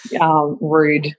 rude